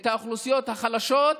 את האוכלוסיות החלשות,